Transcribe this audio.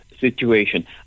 situation